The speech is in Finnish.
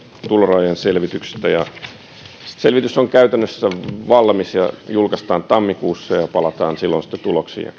tulorajojen selvityksestä selvitys on käytännössä valmis ja julkaistaan tammikuussa ja palataan silloin sitten tuloksiin ja